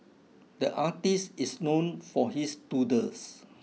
the artist is known for his doodles